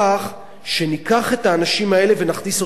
שניקח את האנשים האלה ונכניס אותם לכלא.